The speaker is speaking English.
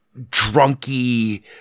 drunky